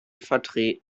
vertreten